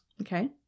Okay